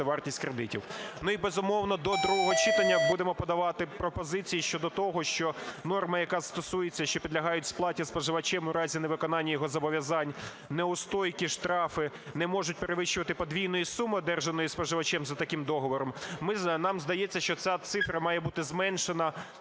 вартість кредитів. Ну, і, безумовно, до другого читання будемо подавати пропозиції щодо того, що норма, яка стосується, що "підлягають сплаті споживачем у разі невиконання його зобов'язань неустойки, штрафи не можуть перевищувати подвійної суми, одержаної споживачем за таким договором", нам здається, що ця цифра має бути зменшена